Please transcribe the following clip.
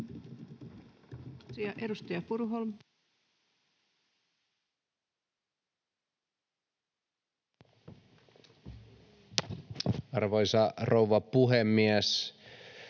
Arvoisa rouva puhemies!